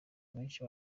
abenshi